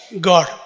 God